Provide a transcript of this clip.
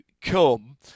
come